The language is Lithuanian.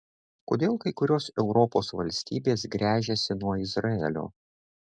kodėl kai kurios europos valstybės gręžiasi nuo izraelio